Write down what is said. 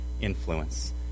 influence